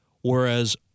Whereas